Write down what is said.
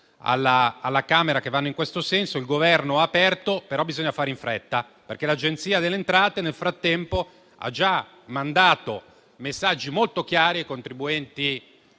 alla Camera che vanno in questa direzione; il Governo ha mostrato un'apertura, però bisogna fare in fretta perché l'Agenzia delle entrate nel frattempo ha già mandato messaggi molto chiari ai contribuenti